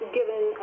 given